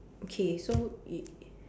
okay so we